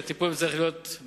שהטיפול בהם צריך להיות במשרדים.